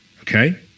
okay